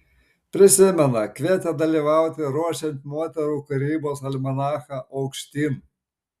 prisimena kvietė dalyvauti ruošiant moterų kūrybos almanachą aukštyn